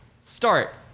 start